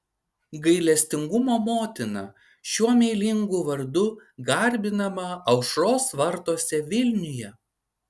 gailestingumo motina šiuo meilingu vardu garbinama aušros vartuose vilniuje